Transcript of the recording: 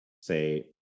say